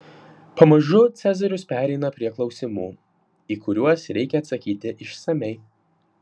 pamažu cezaris pereina prie klausimų į kuriuos reikia atsakyti išsamiai